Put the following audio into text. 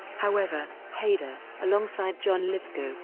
however, hader, alongside john lithgow,